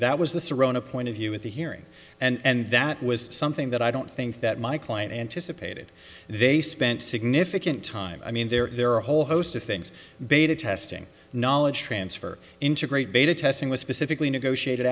that was the serrano point of view at the hearing and that was something that i don't think that my client anticipated they spent significant time i mean there are a whole host of things beta testing knowledge transfer integrate beta testing was specifically negotiate